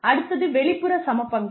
அடுத்தது வெளிப்புற சமபங்கு